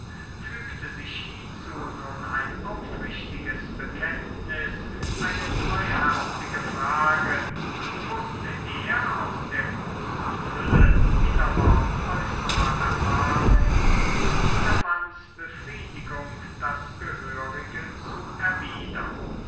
fügte sich hiezu nun ein aufrichtiges bekenntnis eine treuherzige frage so wußte er aus der großen fülle innerer und äußerer erfahrung zu jedermanns befriedigung das gehörige zu erwidern